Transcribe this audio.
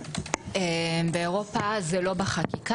באירופה זה לא בחקיקה